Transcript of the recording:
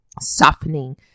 softening